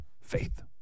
Faith